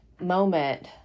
moment